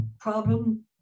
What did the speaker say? problem